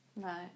No